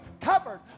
covered